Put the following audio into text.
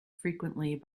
frequently